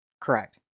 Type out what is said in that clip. Correct